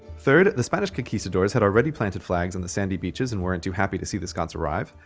third, the spanish conquistadors had already planted flags on the sandy beaches and weren't too happy to see the scots arrive.